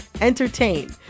entertain